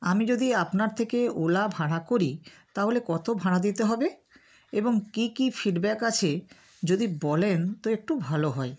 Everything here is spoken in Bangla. আমি যদি আপনার থেকে ওলা ভাড়া করি তাহলে কত ভাড়া দিতে হবে এবং কী কী ফিডব্যাক আছে যদি বলেন তো একটু ভালো হয়